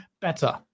better